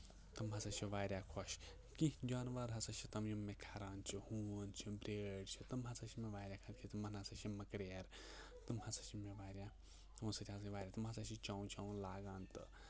تِم ہَسا چھِ واریاہ خۄش کینٛہہ جانوَر ہَسا چھِ تِم یِم مےٚ کھَران چھِ ہوٗن چھِ برٛٲرۍ چھِ تِم ہَسا چھِ مےٚ واریاہ تِمَن ہَسا چھِ مٔکریر تِم ہَسا چھِ مےٚ واریاہ تِمو سۭتۍ ہَسا واریاہ تِم ہَسا چھِ چٮ۪و چٮ۪و لاگان تہٕ